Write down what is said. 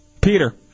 Peter